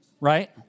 right